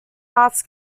arts